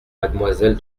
mademoiselle